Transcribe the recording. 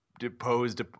Deposed